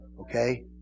Okay